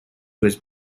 was